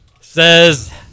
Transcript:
Says